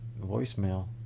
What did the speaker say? voicemail